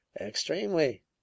Extremely